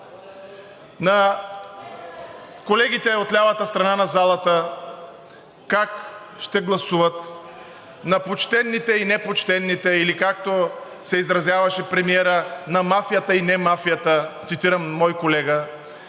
колегите от лявата страна на залата как ще гласуват, на почтените и непочтените или както се изразяваше премиерът – на мафията и не-мафията, цитирам мой колега,